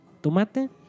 tomate